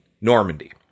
Normandy